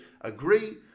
agree